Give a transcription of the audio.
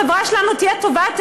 החברה שלנו תהיה טובה יותר,